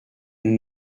nous